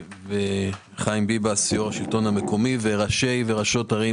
חיים ביבס, יו"ר השלטון המקומי, ראשי וראשות ערים,